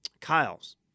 Kyle's